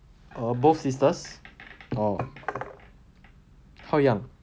both sisters no how young